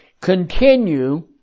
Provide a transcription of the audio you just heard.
continue